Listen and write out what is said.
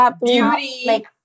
beauty